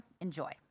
Enjoy